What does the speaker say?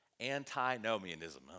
antinomianism